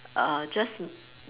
err just